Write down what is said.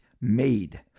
made